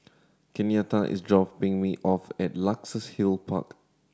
Kenyatta is dropping me off at Luxus Hill Park